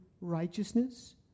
righteousness